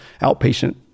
outpatient